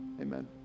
amen